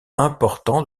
important